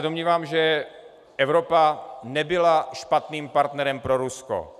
Domnívám se, že Evropa nebyla špatným partnerem pro Rusko.